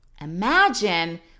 imagine